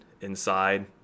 inside